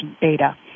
data